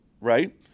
right